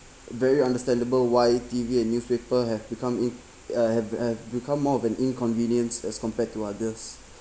very understandable why T_V and newspaper have become ir~ uh have have become more of an inconvenience as compared to others